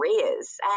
careers